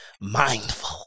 mindful